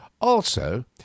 Also